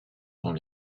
dans